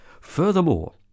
Furthermore